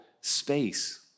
space